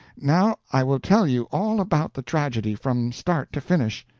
now i will tell you all about the tragedy, from start to finish.